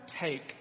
take